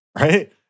right